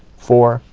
four,